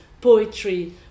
poetry